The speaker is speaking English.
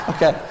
Okay